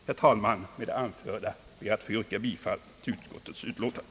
Med det anförda ber jag, herr talman, att få yrka bifall till statsutskottets utlåtande.